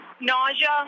Nausea